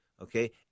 okay